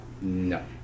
No